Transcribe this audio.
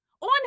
On